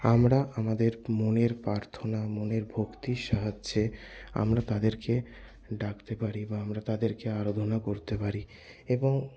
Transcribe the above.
আমরা আমাদের মনের প্রার্থনা মনের ভক্তির সাহায্যে আমরা তাদেরকে ডাকতে পারি বা আমরা তাদেরকে আরাধনা করতে পারি এবং